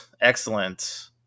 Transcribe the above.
excellent